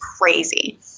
crazy